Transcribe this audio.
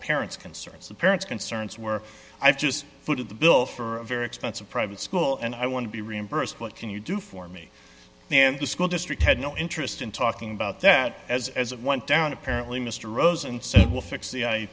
parents concerns the parents concerns were i've just footed the bill for a very expensive private school and i want to be reimbursed what can you do for me and the school district had no interest in talking about that as as it went down apparently mr rosen said it will fix the